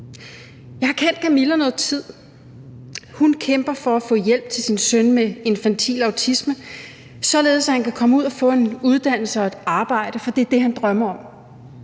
Jeg har kendt Camilla noget tid. Hun kæmper for at få hjælp til sin søn med infantil autisme, således at han kan komme ud og få en uddannelse og et arbejde, for det er det, han drømmer om.